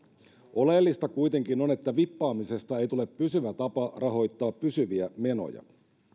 oleellista kuitenkin on että vippaamisesta ei tule pysyvä tapa rahoittaa pysyviä menoja